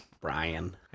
Brian